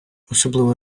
особливо